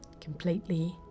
Completely